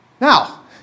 Now